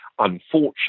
Unfortunately